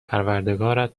پروردگارت